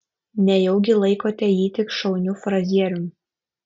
nejaugi laikote jį tik šauniu frazierium